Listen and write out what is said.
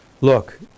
Look